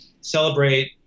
celebrate